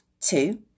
Two